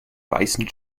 weißen